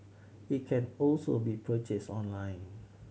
it can also be purchased online